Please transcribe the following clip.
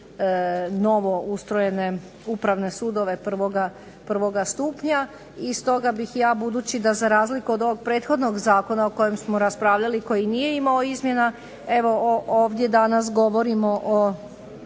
novo ustrojene Upravne sudove prvoga stupnja. I stoga bih ja budući da za razliku od ovog prethodnog zakona o kojem smo raspravljali i koji nije imao izmjena evo ovdje danas govorimo o